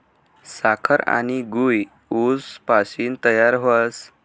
साखर आनी गूय ऊस पाशीन तयार व्हस